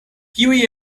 kiuj